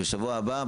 בשבוע הבא,